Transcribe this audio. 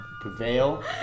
prevail